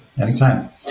anytime